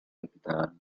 capitali